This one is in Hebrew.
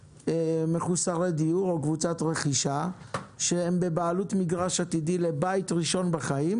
מחוסרי דיור או קבוצת רכישה שהם בבעלות מגרש עתידי לבית ראשון בחיים,